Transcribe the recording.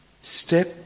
step